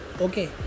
okay